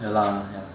ya lah ya